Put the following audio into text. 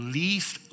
least